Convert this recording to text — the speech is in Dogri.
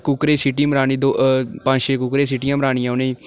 कुकरै गी सीटी मराने दो पंज छे कुकरै गी सीटियां मरानियां उ'नेंगी